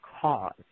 cause